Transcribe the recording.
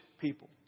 people